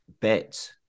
bet